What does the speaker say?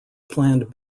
planned